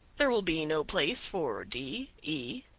there will be no place for d, e,